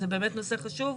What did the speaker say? וזה נושא חשוב,